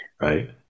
right